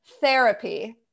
therapy